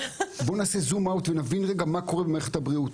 נעשה רגע זום אאוט ונבין מה קורה במערכת הבריאות.